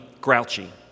grouchy